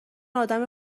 ادم